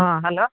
ହଁ ହ୍ୟାଲୋ